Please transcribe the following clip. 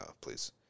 please